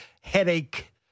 headache